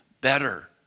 better